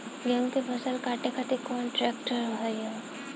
गेहूँ के फसल काटे खातिर कौन ट्रैक्टर सही ह?